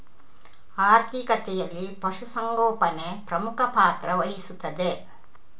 ಆರ್ಥಿಕತೆಯಲ್ಲಿ ಪಶು ಸಂಗೋಪನೆ ಪ್ರಮುಖ ಪಾತ್ರ ವಹಿಸುತ್ತದೆ